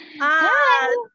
hi